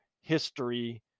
history